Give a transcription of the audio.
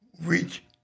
reach